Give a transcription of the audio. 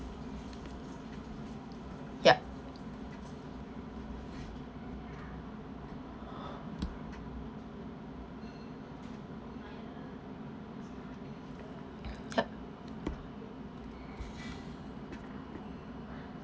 yup yup